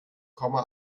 komma